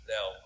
Now